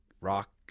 rock